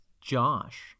Josh